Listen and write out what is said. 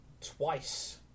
twice